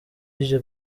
ije